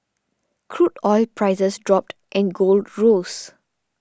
crude oil prices dropped and gold rose